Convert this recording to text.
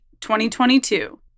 2022